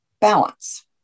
balance